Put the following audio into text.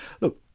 Look